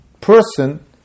person